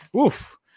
Oof